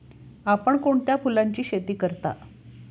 आपण कोणत्या फुलांची शेती करता?